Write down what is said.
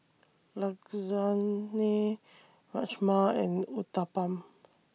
Rajma and Uthapam